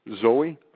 Zoe